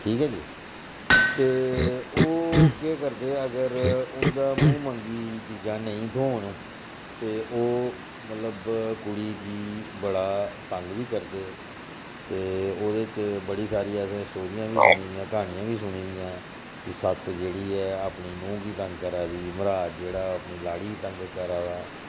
ठीक ऐ नी ते ओह् केह् करदे अगर उं'दे मूंह मंगी चीजां नेईं थ्होन ते ओह् मतलब कुड़ी गी बड़ा तंग बी करदे ते ओह्दे च बड़ी सारी असें मती सारियां स्टोरियां बी सुनी दियां क्हानियां बी सुनी दियां कि सस्स जेह्ड़ी ऐ अपनी नूंह् गी तंग करा दी मरहाज जेह्ड़ा ऐ ओह् अपनी लाड़ी गी तंग करा दा